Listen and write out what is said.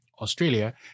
Australia